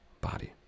body